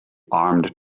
armed